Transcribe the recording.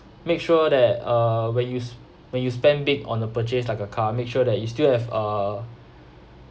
make sure that uh when you s~ when you spend big on the purchase like a car make sure that you still have uh